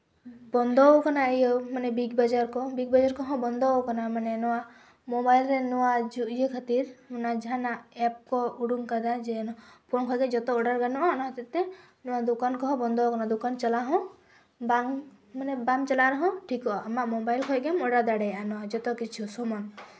ᱵᱚᱱᱫᱚ ᱠᱟᱱᱟ ᱤᱭᱟᱹ ᱢᱟᱱᱮ ᱵᱤᱜᱽ ᱵᱟᱡᱟᱨ ᱠᱚ ᱵᱤᱜᱽ ᱵᱟᱡᱟᱨ ᱠᱚᱦᱚᱸ ᱵᱚᱱᱫᱚᱣ ᱠᱟᱱᱟ ᱢᱟᱱᱮ ᱱᱚᱣᱟ ᱢᱳᱵᱟᱭᱤᱞ ᱨᱮ ᱱᱚᱣᱟ ᱤᱭᱟᱹ ᱠᱷᱟᱹᱛᱤᱨ ᱚᱱᱟ ᱡᱟᱦᱟᱱᱟᱜ ᱮᱯ ᱠᱚ ᱩᱰᱩᱠ ᱠᱟᱫᱟ ᱡᱮᱱᱚ ᱯᱷᱳᱱ ᱠᱷᱚᱡ ᱜᱮ ᱡᱚᱛᱚ ᱚᱰᱟᱨ ᱜᱟᱱᱚᱜᱼᱟ ᱚᱱᱟ ᱦᱚᱛᱮᱡ ᱛᱮ ᱱᱚᱣᱟ ᱫᱚᱠᱟᱱ ᱠᱚᱦᱚᱸ ᱵᱚᱱᱫᱚᱣ ᱠᱟᱱᱟ ᱫᱚᱠᱟᱱ ᱪᱟᱞᱟᱣ ᱦᱚᱸ ᱵᱟᱝ ᱢᱟᱱᱮ ᱵᱟᱢ ᱪᱟᱞᱟᱣ ᱨᱮᱦᱚᱸ ᱴᱷᱤᱠᱚᱜᱼᱟ ᱟᱢᱟᱜ ᱢᱳᱵᱟᱭᱤᱞ ᱠᱷᱚᱡ ᱜᱮᱢ ᱚᱰᱟᱨ ᱫᱟᱲᱮᱭᱟᱜᱼᱟ ᱱᱚᱣᱟ ᱡᱚᱛᱚ ᱠᱤᱪᱷᱩ ᱥᱚᱢᱟᱱ